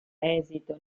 esito